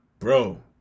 Bro